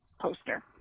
poster